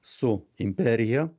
su imperija